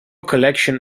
collection